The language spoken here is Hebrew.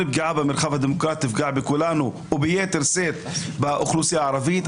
כל פגיעה במרחב הדמוקרטי תפגע בכולנו וביתר שאת באוכלוסייה הערבית.